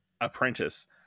Apprentice